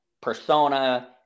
persona